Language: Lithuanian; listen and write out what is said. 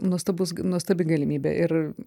nuostabus nuostabi galimybė ir